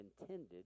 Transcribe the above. intended